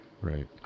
Right